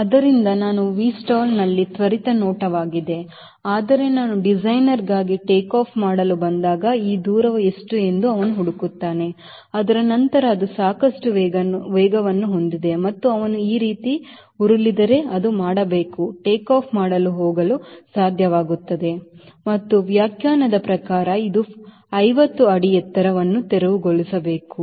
ಆದ್ದರಿಂದ ಇದು ವಿಸ್ಟಾಲ್ನಲ್ಲಿ ತ್ವರಿತ ನೋಟವಾಗಿದೆ ಆದರೆ ನಾನು ಡಿಸೈನರ್ಗಾಗಿ ಟೇಕ್ ಆಫ್ ಮಾಡಲು ಬಂದಾಗ ಆ ದೂರವು ಎಷ್ಟು ಎಂದು ಅವನು ಹುಡುಕುತ್ತಾನೆ ಅದರ ನಂತರ ಅದು ಸಾಕಷ್ಟು ವೇಗವನ್ನು ಹೊಂದಿದೆ ಮತ್ತು ಅವನು ಈ ರೀತಿ ಉರುಳಿದರೆ ಅದು ಮಾಡಬೇಕು ಟೇಕ್ ಆಫ್ ಮಾಡಲು ಹೋಗಲು ಸಾಧ್ಯವಾಗುತ್ತದೆ ಮತ್ತು ವ್ಯಾಖ್ಯಾನದ ಪ್ರಕಾರ ಇದು 50 ಅಡಿ ಎತ್ತರವನ್ನು ತೆರವುಗೊಳಿಸಬೇಕು